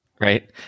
Right